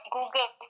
Google